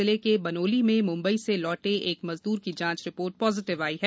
जिले के बनोली में मुंबई से लौटे एक मजदूर की जांच रिपोर्ट पॉजिटिव आई है